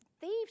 thieves